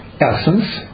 essence